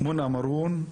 מונא מארון,